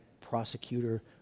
prosecutor